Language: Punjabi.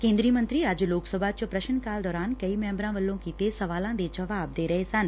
ਕੇਂਦਰੀ ਮੰਤਰੀ ਅੱਜ ਲੋਕ ਸਭਾ ਚ ਪ੍ਰਸ਼ਨ ਕਾਲ ਦੌਰਾਨ ਕਈ ਮੈਂਬਰਾਂ ਵੱਲੋਂ ਕੀਤੇ ਸਵਾਲਾਂ ਦੇ ਜਵਾਬ ਦੇ ਰਹੇ ਸੂਨ